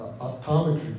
optometry